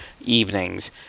evenings